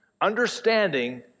Understanding